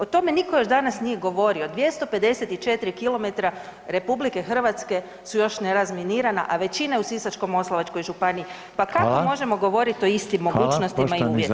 O tome niko još danas nije govorio, 254 km RH su još nerazminirana, a većina je u Sisačko-moslavačkoj županiji, pa kako možemo govorit o istim mogućnostima i uvjetima?